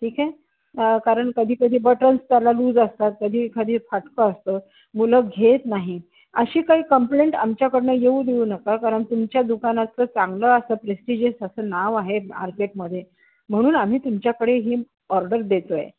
ठीक आहे कारण कधी कधी बटन्स त्याला लूज असतात कधीकधी फाटकं असतं मुलं घेत नाही अशी काही कम्प्लेंट आमच्याकडनं येऊ देऊ नका कारण तुमच्या दुकानाचं चांगलं असं प्रेस्टीजस असं नाव आहे मार्केटमध्ये म्हणून आम्ही तुमच्याकडे ही ऑर्डर देतो आहे